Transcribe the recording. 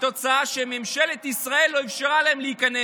כתוצאה מכך שממשלת ישראל לא אפשרה להם להיכנס.